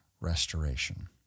restoration